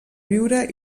viure